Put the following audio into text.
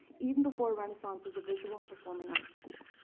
even before renaissance was a visual and performing arts school.